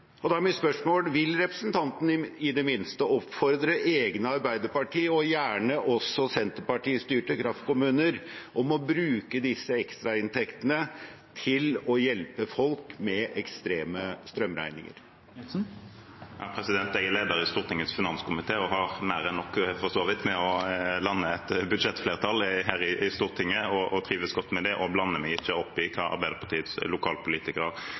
Da er mitt spørsmål: Vil representanten Knutsen i det minste oppfordre egne, arbeiderpartistyrte kraftkommuner – gjerne også senterpartistyrte – om å bruke disse ekstrainntektene til å hjelpe folk med ekstreme strømregninger? Jeg er leder i Stortingets finanskomité og har mer enn nok med å lande et budsjettflertall her i Stortinget – og trives godt med det – og blander meg ikke opp i hva Arbeiderpartiets lokalpolitikere